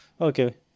Okay